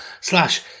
Slash